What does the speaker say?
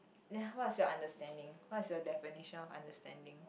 then what is your understanding what is your definition of understanding